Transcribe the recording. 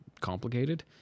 complicated